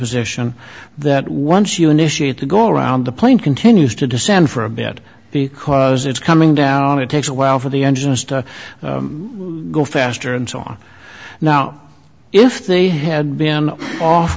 deposition that once you initiate the go around the plane continues to descend for a bit because it's coming down it takes a while for the engines to go faster and so on now if they had been off